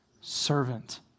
servant